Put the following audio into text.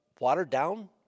watered-down